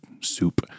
soup